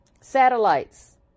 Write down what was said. satellites